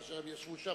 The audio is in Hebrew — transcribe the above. וכאשר הם ישבו שם,